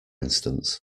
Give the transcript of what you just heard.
instance